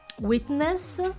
witness